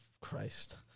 Christ